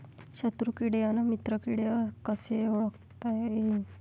शत्रु किडे अन मित्र किडे कसे ओळखता येईन?